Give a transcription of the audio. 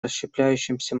расщепляющимся